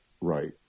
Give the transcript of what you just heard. right